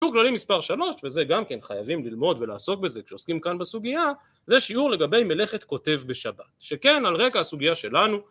תשוק גלולי מספר שלוש וזה גם כן חייבים ללמוד ולעסוק בזה כשעוסקים כאן בסוגיה זה שיעור לגבי מלאכת כותב בשבת שכן על רקע הסוגיה שלנו